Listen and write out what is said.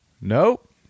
Nope